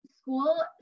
school